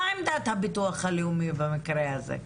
מה עמדת הביטוח הלאומי במקרה הזה?